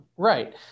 Right